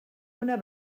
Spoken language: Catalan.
una